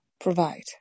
provide